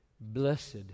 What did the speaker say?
blessed